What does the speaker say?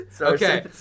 Okay